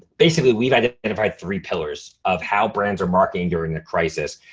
basically we've identified three pillars of how brands are marketing during the crisis.